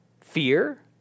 fear